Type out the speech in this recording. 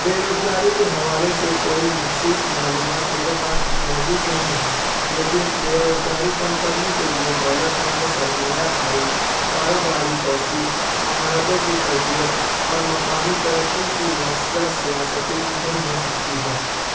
بے روزگاری کے حوالے سے کوئی مخصوص معلومات میرے پاس موجود نہیں ہے لیکن بے روزگاری کم کرنے کے لئے دولت مند سرمایہ کاری کاروباری توسیع مہارتوں کی تربیت اور مقامی ترقی کی موثر سیاستی اہم ہو سکتی ہے